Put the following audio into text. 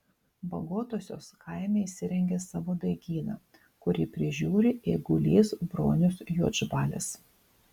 bagotosios kaime įsirengė savo daigyną kurį prižiūri eigulys bronius juodžbalis